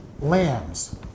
lambs